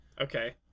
Okay